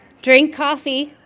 drink coffee.